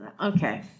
Okay